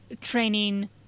training